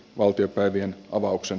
valtiopäivien avauksen